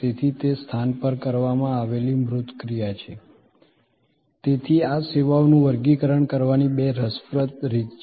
તેથી તે સ્થાન પર કરવામાં આવેલી મૂર્ત ક્રિયા છે તેથી આ સેવાઓનું વર્ગીકરણ કરવાની બે રસપ્રદ રીત છે